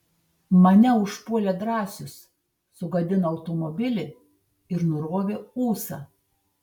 mane užpuolė drąsius sugadino automobilį ir nurovė ūsą